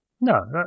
no